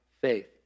faith